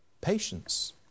Patience